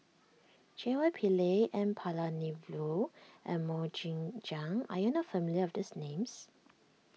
J Y Pillay N Palanivelu and Mok Ying Jang are you not familiar with these names